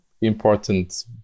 important